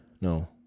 No